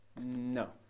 No